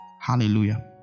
hallelujah